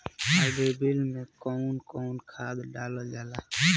Hybrid में कउन कउन खाद डालल जाला?